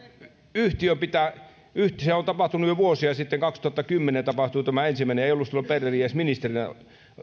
yhtiön pitää se on tapahtunut jo vuosia sitten kaksituhattakymmenen tapahtui tämä ensimmäinen ei ollut ollut silloin berner edes ministerinä